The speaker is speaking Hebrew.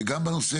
וגם בנושא